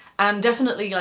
and definitely, yeah